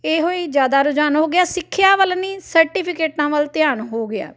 ਇਹੋ ਹੀ ਜ਼ਿਆਦਾ ਰੁਝਾਨ ਹੋ ਗਿਆ ਸਿੱਖਿਆ ਵੱਲ ਨਹੀਂ ਸਰਟੀਫਿਕੇਟਾਂ ਵੱਲ ਧਿਆਨ ਹੋ ਗਿਆ